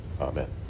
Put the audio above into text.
Amen